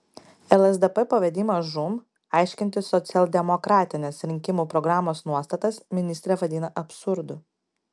lsdp pavedimą žūm aiškinti socialdemokratinės rinkimų programos nuostatas ministrė vadina absurdu